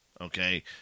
Okay